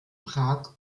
prag